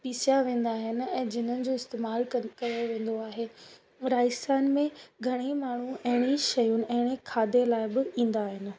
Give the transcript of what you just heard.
पीसिया वेंदा आहिनि ऐं जिनन जो इस्तेमाल कयो वेंदो आहे राजस्थान में घणेई माण्हू अहिड़ी शयूं अहिड़े खाधे लाइ बि ईंदा आहिनि